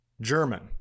German